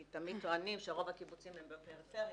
כי תמיד טוענים שרוב הקיבוצים הם בפריפריה,